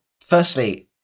firstly